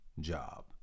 job